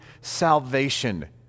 salvation